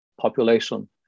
population